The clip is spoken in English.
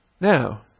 Now